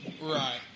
Right